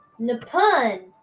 Napun